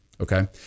Okay